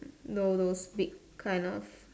no no speak kind of